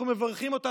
אנחנו מברכים אותה,